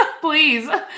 Please